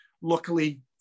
luckily